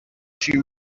she